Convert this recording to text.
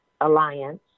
Alliance